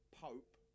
Pope